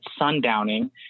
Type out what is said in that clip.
sundowning